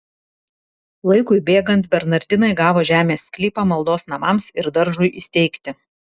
laikui bėgant bernardinai gavo žemės sklypą maldos namams ir daržui įsteigti